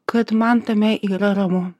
kad man tame yra ramu